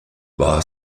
war